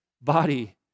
body